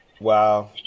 Wow